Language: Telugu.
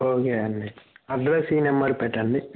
ఓకే అండి అడ్రస్ ఈ నెంబర్కి పెట్టండి